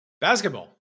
basketball